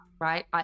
right